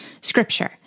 scripture